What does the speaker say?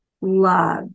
love